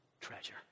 treasure